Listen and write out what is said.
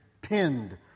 pinned